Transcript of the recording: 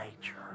nature